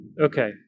Okay